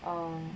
um